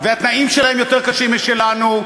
והתנאים שלהם יותר קשים משלנו.